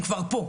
הם כבר כאן,